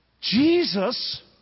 Jesus